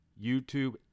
YouTube